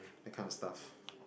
that kind of stuff